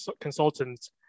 consultants